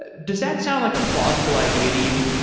ah does that sound like a plausible idea to you?